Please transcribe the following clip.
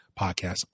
podcast